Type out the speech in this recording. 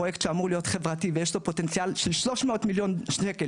הפרויקט שאמור להיות חברתי ויש לו פוטנציאל של 300 מיליון שקל